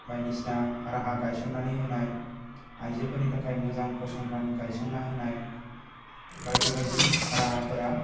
बायदिसिना राहा गायसननानै होनाय आइजोफोरनि थाखाय मोजां फसंथान गायसंना होनाय बायदि बायदि राहाफोरा